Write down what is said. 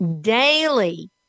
Daily